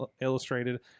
Illustrated